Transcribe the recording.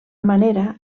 manera